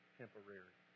temporary